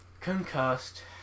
Concussed